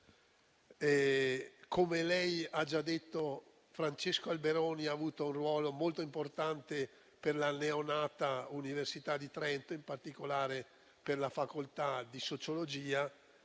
come ha già detto lei, Francesco Alberoni ha avuto un ruolo molto importante per la neonata università di Trento, in particolare per la facoltà di sociologia,